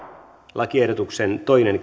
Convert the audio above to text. lakiehdotuksesta toiseen